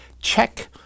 check